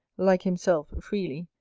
like himself, freely,